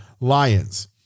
Lions